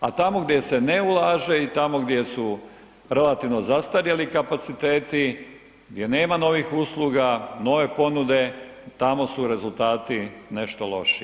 A tamo gdje se ne ulaže i tamo gdje su relativno zastarjeli kapaciteti, gdje nema novih usluga, nove ponude, tamo su rezultati nešto lošiji.